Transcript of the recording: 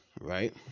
right